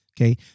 Okay